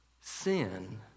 sin